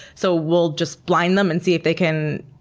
so we'll just blind them and see if they can